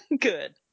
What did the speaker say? Good